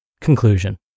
Conclusion